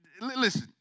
Listen